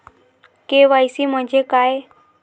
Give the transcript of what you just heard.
KYC म्हंजे काय?